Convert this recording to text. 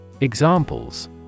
Examples